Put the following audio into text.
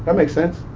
that makes sense,